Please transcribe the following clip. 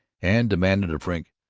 and demanded of frink,